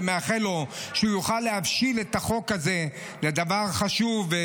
ומאחל לו שהוא יוכל להבשיל את החוק הזה לדבר החשוב.